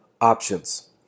options